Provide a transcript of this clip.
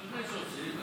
אני יודע שעושים.